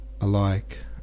alike